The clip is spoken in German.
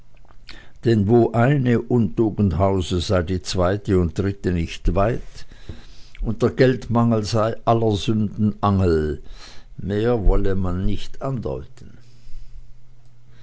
denn wo eine untugend hause sei die zweite und dritte nicht weit und der geldmangel sei aller sünden angel mehr wolle man nicht andeuten